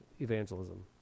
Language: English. evangelism